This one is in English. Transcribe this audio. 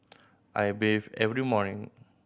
I bathe every morning